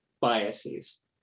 biases